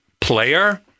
player